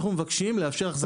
אנחנו מבקשים לאפשר החזקה.